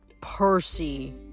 Percy